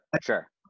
Sure